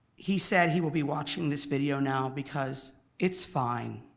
he said he will be watching this video now because it's fine,